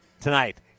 tonight